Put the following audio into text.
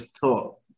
talk